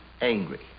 angry